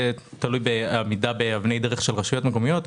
תלוי בעמידה באבני דרך של רשויות מקומיות.